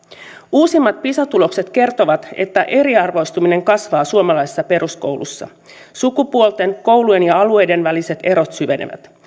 uusimmat pisa tulokset kertovat että eriarvoistuminen kasvaa suomalaisessa peruskoulussa sukupuolten koulujen ja alueiden väliset erot syvenevät